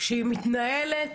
שהיא מתנהלת,